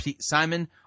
Simon